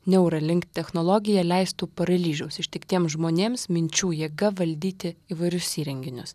neuralink technologija leistų paralyžiaus ištiktiem žmonėms minčių jėga valdyti įvairius įrenginius